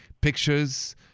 pictures